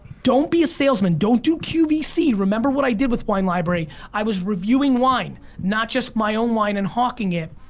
don't be a salesman, don't do qvc, remember what i did with wine library, i was reviewing wine, not just my own wine and hocking it.